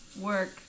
work